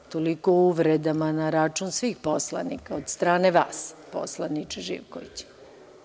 Toliko o uvredama na račun svih poslanika, od strane vas poslaniče Živkoviću.